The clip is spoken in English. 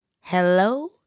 Hello